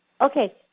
Okay